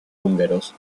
húngaros